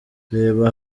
reba